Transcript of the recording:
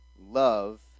love